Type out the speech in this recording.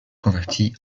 convertie